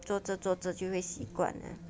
做着做着就会习惯了